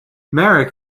marek